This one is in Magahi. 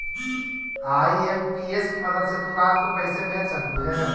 आई.एम.पी.एस की मदद से तु रात को पैसे भेज सकलू हे